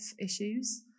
issues